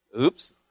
oops